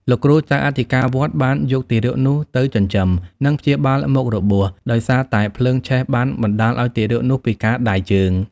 លោកគ្រូចៅអធិការវត្តបានយកទារកនោះទៅចិញ្ចឹម និងព្យាបាលមុខរបួស ដោយសារតែភ្លើងឆេះបានបណ្តាលឱ្យទារកនោះពិការដៃជើង ។